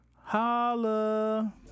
Holla